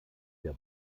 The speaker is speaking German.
der